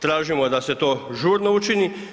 Tražimo da se to žurno učini.